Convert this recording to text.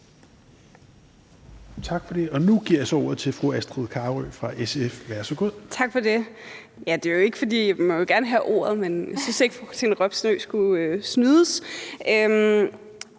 Nu giver jeg så ordet til fru Astrid Carøe fra SF. Værsgo.